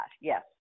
Yes